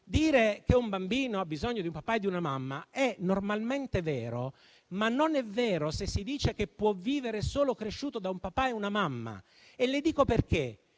dire che un bambino ha bisogno di un papà e di una mamma è normalmente vero, ma non è vero se si dice che può vivere solo cresciuto da un papà e da una mamma, perché